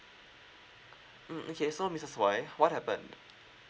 mm okay so missus wai what happened